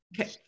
Okay